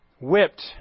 whipped